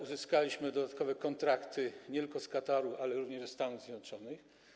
Uzyskaliśmy dodatkowe kontrakty nie tylko z Kataru, ale również ze Stanów Zjednoczonych.